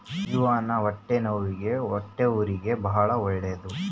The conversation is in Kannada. ಅಜ್ಜಿವಾನ ಹೊಟ್ಟೆನವ್ವಿಗೆ ಹೊಟ್ಟೆಹುರಿಗೆ ಬಾಳ ಒಳ್ಳೆದು